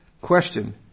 Question